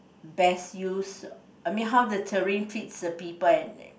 best use I mean how the terrain fits the people and